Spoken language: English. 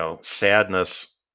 sadness